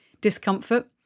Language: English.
discomfort